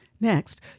Next